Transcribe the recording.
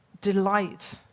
delight